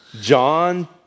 John